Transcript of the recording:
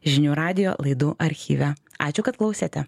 žinių radijo laidų archyve ačiū kad klausėte